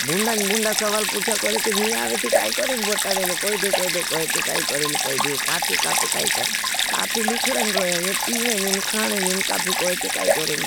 बुन्डा सवाल पुछा करें, ते नहीं आवे, ते काई करें बोता डेन, कोई दे। कोई दे, कोई दे, काई करें, कोई दे, काई करें, काई करें, काई करें, काई करें, काई करें। काई करें, काई पी जनां ते, काई करें,